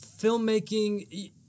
filmmaking